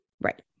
Right